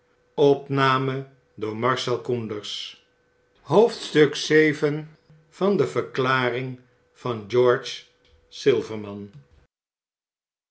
van wat wbmmmsmm de verklaring van george silverman